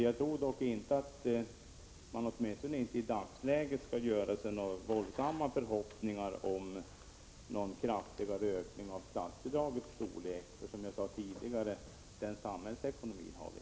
Jag tror dock inte att man i dagsläget bör ha så stora förhoppningar om någon kraftigare ökning av statsbidraget. Som jag sade tidigare tillåter inte samhällsekonomin detta.